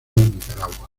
nicaragua